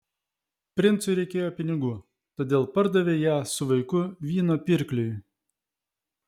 princui reikėjo pinigų todėl pardavė ją su vaiku vyno pirkliui